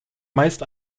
meist